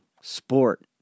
sport